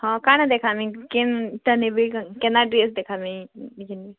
ହଁ କାଣା ଦେଖାମି କେନ୍ଟା ଦେବି କେନ୍ତା ଡ଼୍ରେସ୍ ଦେଖାମି